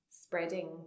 spreading